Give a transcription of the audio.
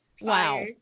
Wow